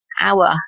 hour